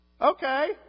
Okay